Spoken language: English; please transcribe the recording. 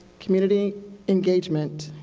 community engagement.